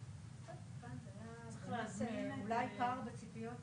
אנחנו משנים לכם את המסלול.